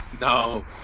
No